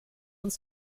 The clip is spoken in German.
uns